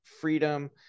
freedom